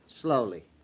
Slowly